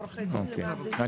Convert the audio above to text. לעורכי דין וממשיכים.